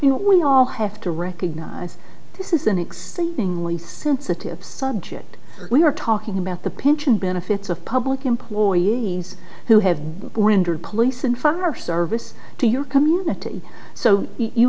you know we all have to recognize this is an exceedingly sensitive subject we were talking about the pension benefits of public employees who have been rendered police and fire service to your community so you